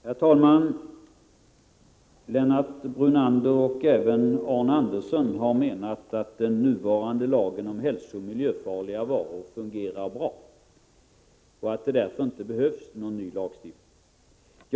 Herr talman! Lennart Brunander och även Arne Andersson i Ljung har menat att den nuvarande lagen om hälsooch miljöfarliga varor fungerar bra och att det därför inte behövs någon ny lagstiftning.